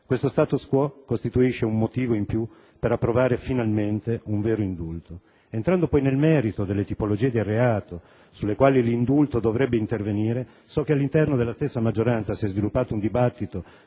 Questo *status* *quo* costituisce un motivo in più per approvare finalmente un vero indulto. Entrando nel merito delle tipologie di reato sulle quali l'indulto dovrebbe intervenire, so che all'interno della stessa maggioranza si è sviluppato un dibattito